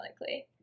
likely